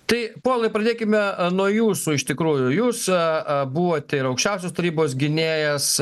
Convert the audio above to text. tai povilai pradėkime a nuo jūsų iš tikrųjų jūs a a buvote ir aukščiausios tarybos gynėjas